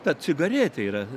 ta cigaretė yra